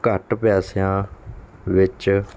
ਘੱਟ ਪੈਸਿਆਂ ਵਿੱਚ